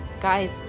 Guys